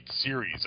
series